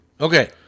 okay